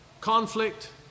conflict